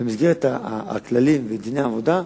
במסגרת הכללים ודיני העבודה,